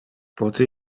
pote